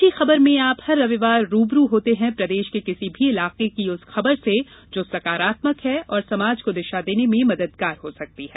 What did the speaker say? अच्छी खबरमें आप हर रविवार रूबरू होते हैं प्रदेश के किसी भी इलाके की उस खबर से जो सकारात्मक है और समाज को दिशा देने में मददगार हो सकती है